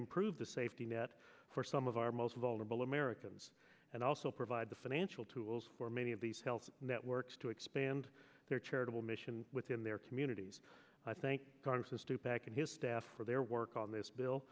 improve the safety net for some of our most vulnerable americans and also provide the financial tools for many of these health networks to expand their charitable mission within their communities i thank congressman stupak and his staff for their work on this bill